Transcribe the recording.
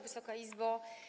Wysoka Izbo!